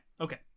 Okay